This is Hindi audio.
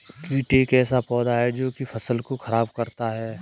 कीट एक ऐसा पौधा है जो की फसल को खराब करता है